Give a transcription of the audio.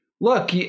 look